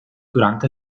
durante